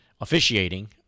officiating